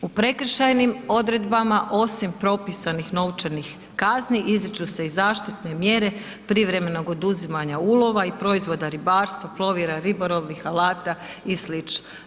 U prekršajnim odredbama osim propisanih novčanih kazni izriču se i zaštitne mjere privremenog oduzimanja ulova i proizvoda ribarstva, plovila, ribolovnih alata i slično.